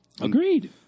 Agreed